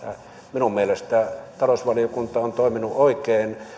minun mielestäni talousvaliokunta on toiminut oikein